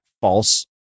false